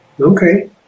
Okay